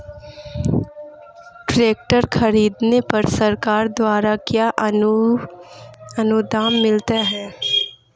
Tractor खरीदने पर सरकार द्वारा क्या अनुदान मिलता है?